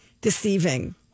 deceiving